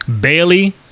Bailey